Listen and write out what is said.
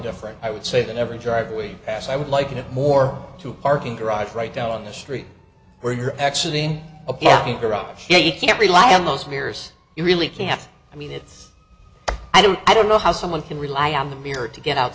different i would say that every driveway as i would like it more to a parking garage right down the street where you're actually in a parking garage he can't rely on those mirrors you really can't i mean it's i don't i don't know how someone can rely on the mirror to get out